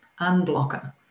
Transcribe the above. unblocker